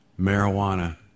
marijuana